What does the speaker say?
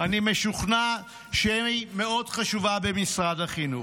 אני משוכנע שהיא מאוד חשובה במשרד החינוך.